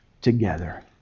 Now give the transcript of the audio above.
together